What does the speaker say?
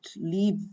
leave